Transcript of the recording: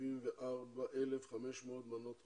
274,500 מנות חודשיות.